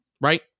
Right